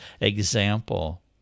example